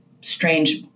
strange